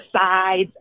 sides